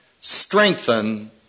strengthen